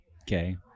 Okay